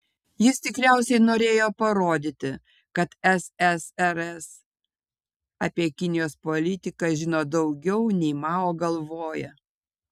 jis tikriausiai norėjo parodyti kad ssrs apie kinijos politiką žino daugiau nei mao galvoja